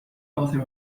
author